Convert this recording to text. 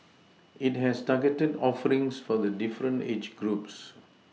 it has targeted offerings for the different age groups